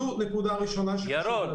זו נקודה ראשונה עליה רציתי לדבר.